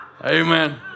Amen